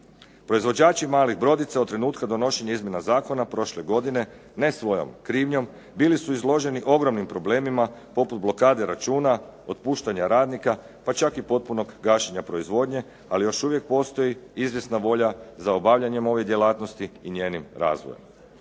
Proizvođači malih brodica od trenutka donošenja izmjena zakona prošle godine ne svojom krivnjom bili su izloženi ogromnim problemima poput blokade računa, otpuštanja radnika pa čak i potpunog gašenja proizvodnje ali još uvijek postoji izvjesna volja za obavljanjem ove djelatnosti i njenim razvojem.